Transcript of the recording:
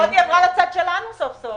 פעם אשה שהיתה מגיעה לגיל 62 היתה אשה זקנה